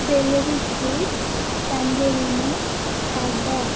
celery seeds tangerine haddock